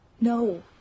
No